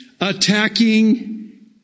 Attacking